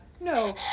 No